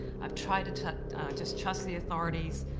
i've tried to to just trust the authorities,